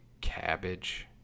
cabbage